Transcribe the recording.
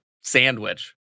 sandwich